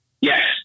Yes